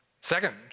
Second